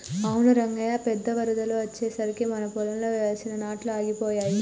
అవును రంగయ్య పెద్ద వరదలు అచ్చెసరికి మా పొలంలో వెయ్యాల్సిన నాట్లు ఆగిపోయాయి